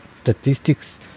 Statistics